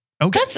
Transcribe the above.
Okay